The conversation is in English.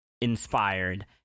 inspired